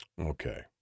okay